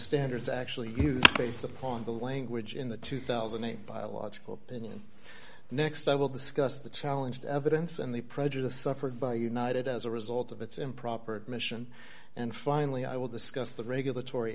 standards actually based upon the language in the two thousand and eight biological opinion next i will discuss the challenge the evidence and the prejudice suffered by united as a result of its improper admission and finally i will discuss the regulatory